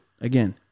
again